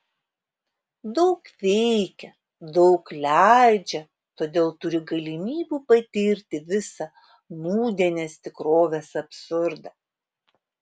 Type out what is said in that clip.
daug veikia daug leidžia todėl turi galimybių patirti visą nūdienės tikrovės absurdą